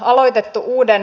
arvoisa puhemies